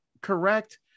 correct